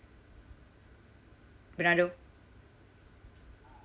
Fernando